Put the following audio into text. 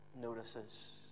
notices